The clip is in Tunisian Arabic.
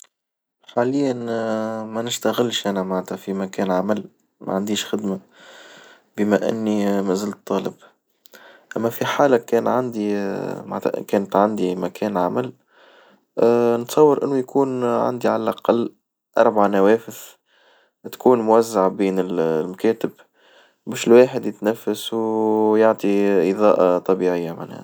حاليا ما نشتغلش أنا معنتها في مكان عمل ما عنديش خدمة بما إني ما زلت طالب، إما في حالة كان عندي معنتها كانت عندي مكان عمل نتصور إنو يكون عندي عالأقل أربع نوافذ تكون موزعة بين المكاتب، باش الواحد يتنفس ويعطي إظاءة طبيعية معناها.